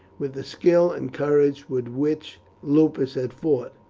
with the skill and courage with which lupus had fought.